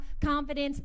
confidence